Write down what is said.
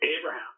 Abraham